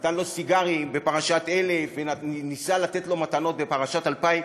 נתן לו סיגרים בפרשת 1000 וניסה לתת לו מתנות בפרשת 2000,